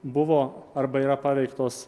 buvo arba yra paveiktos